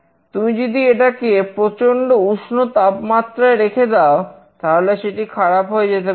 তুমি যদি এটা কে প্রচন্ড উষ্ণ তাপমাত্রায় রেখে দাও তাহলে সেটি খারাপ হয়ে যেতে পারে